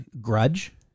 grudge